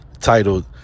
titled